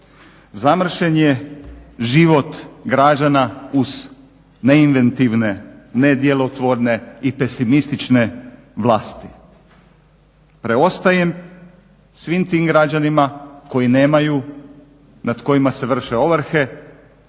zamršen je život građana uz neinventivne, nedjelotvorne i pesimistične vlasti. Preostaje svim tim građanima koji nemaju, nad kojima se vrše ovrhe,